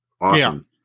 awesome